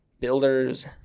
Builders